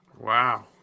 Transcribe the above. Wow